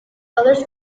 colors